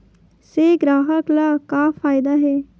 से ग्राहक ला का फ़ायदा हे?